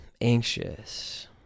anxious